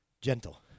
Gentle